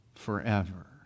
forever